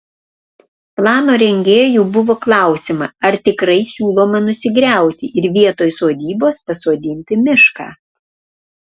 plano rengėjų buvo klausiama ar tikrai siūloma nusigriauti ir vietoj sodybos pasodinti mišką